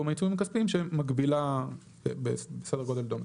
העיצומים הכספיים שמגבילה בסדר גודל דומה.